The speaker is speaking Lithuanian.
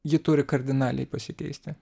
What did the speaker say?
ji turi kardinaliai pasikeisti